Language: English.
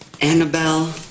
Annabelle